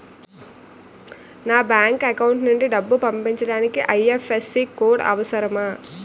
నా bank account నుంచి డబ్బు పంపించడానికి ఐ.ఎఫ్.ఎస్.సి కోడ్ అవసరమా?